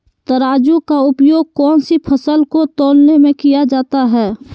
तराजू का उपयोग कौन सी फसल को तौलने में किया जाता है?